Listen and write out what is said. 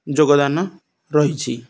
ଯୋଗଦାନ ରହିଛି